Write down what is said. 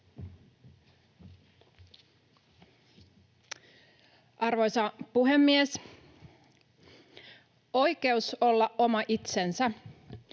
Arvoisa puhemies! Oikeus olla oma itsensä.